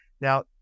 Now